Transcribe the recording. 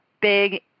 big